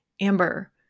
Amber